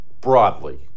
broadly